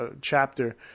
chapter